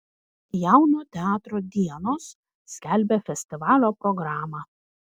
jauno teatro dienos skelbia festivalio programą